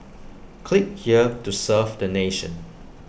click here to serve the nation